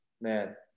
man